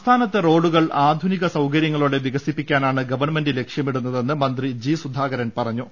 സംസ്ഥാനത്തെ റോഡുകൾ ആധുനിക സൌകര്യങ്ങളോടെ വികസിപ്പിക്കാനാണ് ഗവൺമെന്റ് ലക്ഷ്യമിടുന്നതെന്ന് മന്ത്രി ജി സുധാകരൻ പറഞ്ഞു